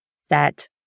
set